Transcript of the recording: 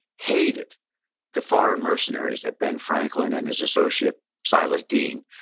hated the foreign mercenaries that ben franklin and his associate silas dean,